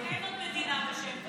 מה שהם עושים, אין עוד מדינה בשם כזה.